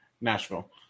Nashville